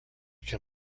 can